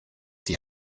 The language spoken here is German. die